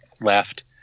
left